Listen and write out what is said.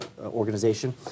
organization